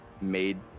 made